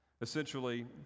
Essentially